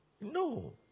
No